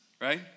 right